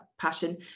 passion